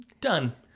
Done